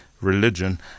religion